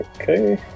Okay